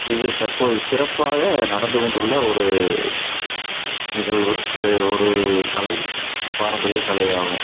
இது தற்போது சிறப்பாக நடந்து கொண்டுள்ள ஒரு நிகழ்வு இது ஒரு கலை பாரம்பரிய கலையாகும்